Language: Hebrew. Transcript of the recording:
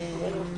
כן.